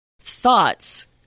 Thoughts